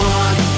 one